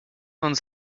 uns